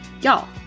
Y'all